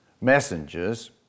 messengers